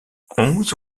onze